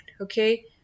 okay